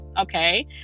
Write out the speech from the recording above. okay